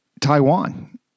taiwan